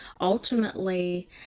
ultimately